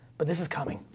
but this is coming.